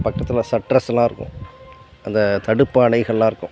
பக்கத்தில் சட்டர்ஸ்லாம் இருக்கும் அந்தத் தடுப்பணைகள்லாம் இருக்கும்